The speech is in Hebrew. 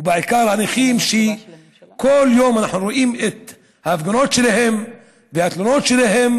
ובעיקר הנכים שכל יום אנחנו רואים את ההפגנות שלהם והתלונות שלהם.